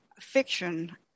fiction